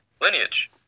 lineage